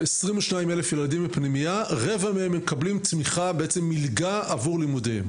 22,000 ילדים בפנימייה ורבע מהם מקבלים מלגה עבור לימודיהם.